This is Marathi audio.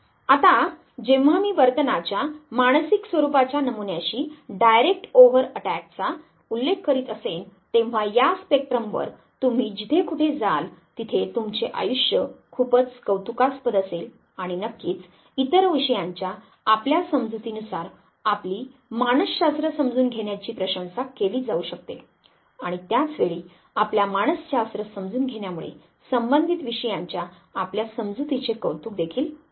आता जेव्हा मी वर्तनाच्या मानसिक स्वरूपाच्या नमुन्याशी डायरेक्ट ओवरट अटॅक'चा उल्लेख करीत असेन तेव्हा या स्पेक्ट्रमवर तुम्ही जिथेकुठे जाल तिथे तुमचे आयुष्य खूपच कौतुकास्पद असेल आणि नक्कीच इतर विषयांच्या आपल्या समजुतीनुसार आपली मानसशास्त्र समजून घेण्याची प्रशंसा केली जाऊ शकते आणि त्याच वेळी आपल्या मानसशास्त्र समजून घेण्यामुळे संबंधित विषयांच्या आपल्या समजुतीचे कौतुक देखील होऊ शकते